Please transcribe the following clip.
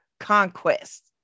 conquest